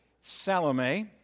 Salome